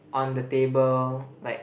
on the table like